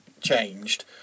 changed